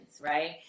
right